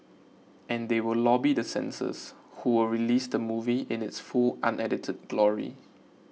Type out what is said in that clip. and they will lobby the censors who will release the movie in its full unedited glory